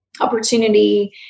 opportunity